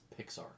Pixar